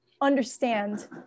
understand